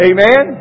Amen